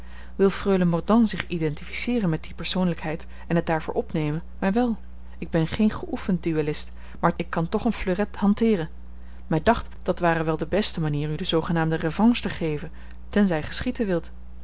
wil freule mordaunt zich identificeeren met die persoonlijkheid en het daarvoor opnemen mij wèl ik ben geen geoefend duellist maar ik kan toch een fleuret hanteeren mij dacht dat ware wel de beste manier u de zoogenaamde revanche te geven tenzij gij schieten wilt